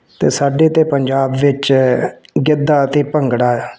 ਅਤੇ ਸਾਡੇ ਅਤੇ ਪੰਜਾਬ ਵਿੱਚ ਗਿੱਧਾ ਅਤੇ ਭੰਗੜਾ